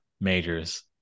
majors